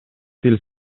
тил